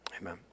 Amen